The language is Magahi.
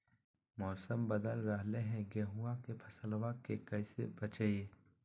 मौसम बदल रहलै है गेहूँआ के फसलबा के कैसे बचैये?